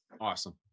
Awesome